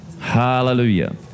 Hallelujah